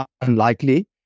unlikely